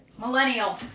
Millennial